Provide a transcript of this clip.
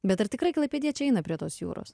bet ar tikrai klaipėdiečiai eina prie tos jūros